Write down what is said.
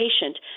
patient